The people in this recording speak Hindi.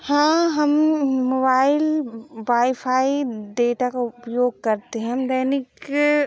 हाँ हम मोबाइल बाईफ़ाई डेटा का उपयोग करते हम दैनिक